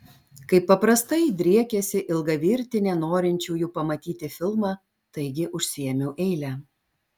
kaip paprastai driekėsi ilga virtinė norinčiųjų pamatyti filmą taigi užsiėmiau eilę